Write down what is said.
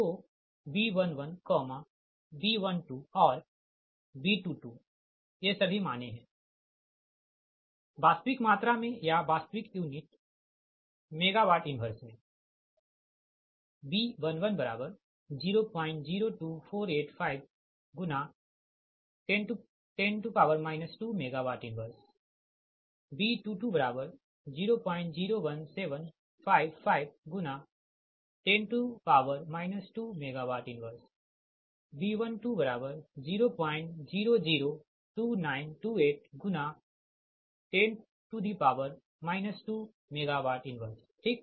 तो B11B12 और B22 ये सभी मानें है वास्तविक मात्रा में या वास्तविक यूनिट MW 1 मे B11002485×10 2MW 1B2200175510 2MW 1B12000292810 2MW 1 ठीक